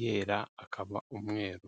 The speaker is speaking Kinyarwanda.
yera akaba umweru.